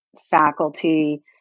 faculty